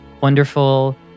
wonderful